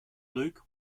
luke